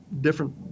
different